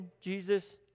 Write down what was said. Jesus